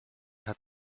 had